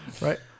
Right